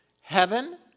Heaven